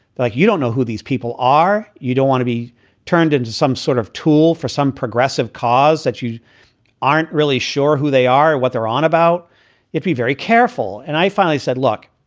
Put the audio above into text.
like, you don't know who these people are. you don't want to be turned into some sort of tool for some progressive cause that you aren't really sure who they are, what they're on about it. be very careful. and i finally said, look,